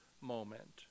moment